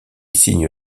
signe